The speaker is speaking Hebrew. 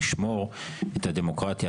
לשמור את הדמוקרטיה.